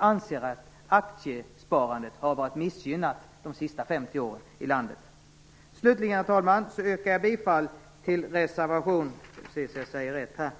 Anser han att aktiesparandet har missgynnats under de senaste 50 åren i landet? Slutligen yrkar jag bifall till reservationerna nr